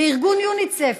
לארגון יוניסף,